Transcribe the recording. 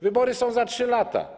Wybory są za trzy lata.